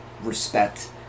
respect